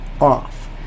off